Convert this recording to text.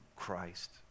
Christ